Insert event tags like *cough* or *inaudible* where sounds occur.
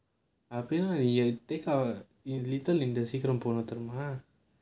*laughs* that kind of little india சீக்கிரம் போன தெரியுமா:seekiram pona theriyuma